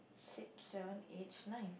six seven eight nine